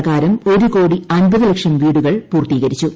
പ്രകാരം ഒരു കോടി അൻപത് ലക്ഷം വീടുകൾ പൂർത്തീകരിച്ചു